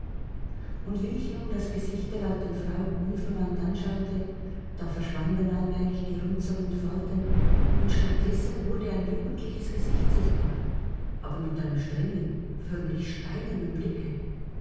und wie ich nun das gesicht der alten frau unverwandt anschaute da verschwanden allmählich die runzeln und falten und statt dessen wurde ein jugendliches gesicht sichtbar aber mit einem strengen förmlich steinernen blicke